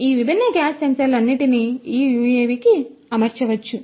ఈ విభిన్న గ్యాస్ సెన్సార్లన్నింటినీ ఈ యుఎవికి అమర్చవచ్చు